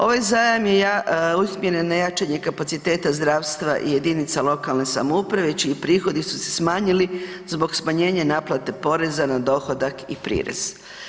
Ovaj zajam usmjeren je na jačanje kapaciteta zdravstva i jedinica lokalne samouprave čiji prihodi su se smanjili zbog smanjenja poreza na dohodak i prirez.